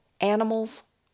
animals